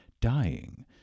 dying